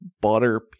butter